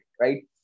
right